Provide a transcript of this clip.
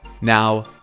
Now